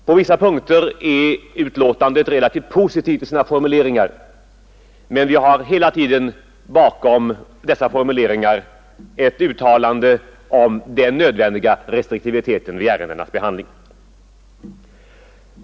På vissa punkter är betänkandet relativt positivt i sina formuleringar, men utskottet har uttalat sig bestämt om den nödvändiga restriktiviteten vid ärendenas behandling.